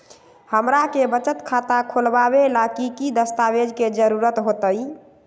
हमरा के बचत खाता खोलबाबे ला की की दस्तावेज के जरूरत होतई?